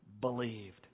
believed